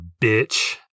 bitch